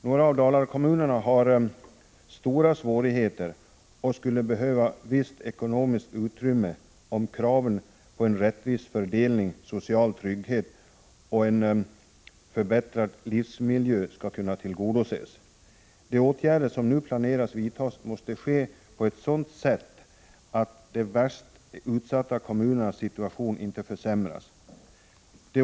Några av dem har stora svårigheter och skulle behöva visst ekonomiskt utrymme om kraven på en rättvis fördelning, social trygghet och en förbättrad livsmiljö skall kunna tillgodoses. Det åtgärder som nu planeras måste vidtas på ett sådant sätt att de värst utsatta kommunernas situation inte försämras.